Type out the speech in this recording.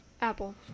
Apple